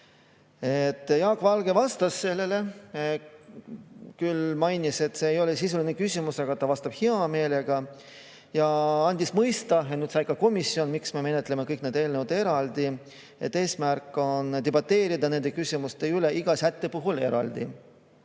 Jaak Valge vastas sellele. Ta küll mainis, et see ei ole sisuline küsimus, aga ta vastab hea meelega. Ta andis mõista ja siis sai ka komisjon [teada], miks me menetleme kõiki neid eelnõusid eraldi, et eesmärk on debateerida nende küsimuste üle iga sätte puhul eraldi.